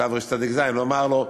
בתרצ"ז, הוא אמר לו: